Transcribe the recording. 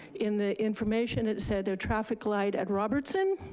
in the information it said the traffic light at robertson,